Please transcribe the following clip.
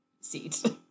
seat